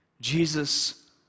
Jesus